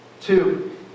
Two